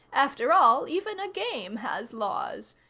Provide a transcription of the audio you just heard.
after all, even a game has laws.